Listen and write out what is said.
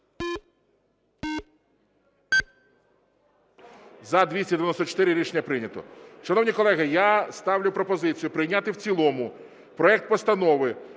За-294 Рішення прийнято. Шановні колеги, я ставлю пропозицію прийняти в цілому проект Постанови